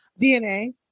dna